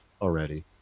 already